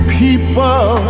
people